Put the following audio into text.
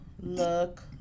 look